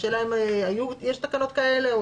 השאלה אם יש תקנות כאלה,